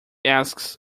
asks